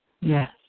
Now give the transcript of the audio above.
yes